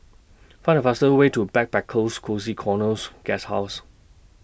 Find The fastest Way to Backpackers Cozy Corners Guesthouse